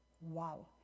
Wow